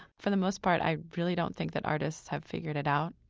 for the most part, i really don't think that artists have figured it out.